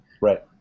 Right